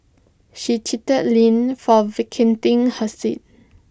she chided lee for vacating her seat